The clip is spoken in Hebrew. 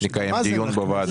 נקיים דיון בוועדה.